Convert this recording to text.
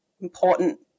important